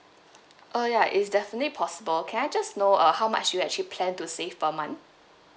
oh ya it's definitely possible can I just know uh how much you actually plan to save per month